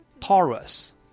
Taurus